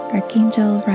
Archangel